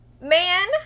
Man